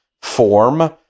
form